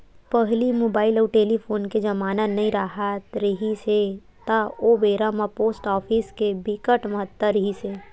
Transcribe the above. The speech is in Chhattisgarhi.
पहिली मुबाइल अउ टेलीफोन के जमाना नइ राहत रिहिस हे ता ओ बेरा म पोस्ट ऑफिस के बिकट महत्ता रिहिस हे